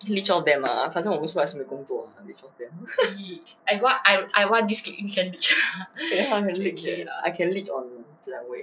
leech off them ah 反正我们出来也是没用工作 ya ah I can leech eh I can leech on J_W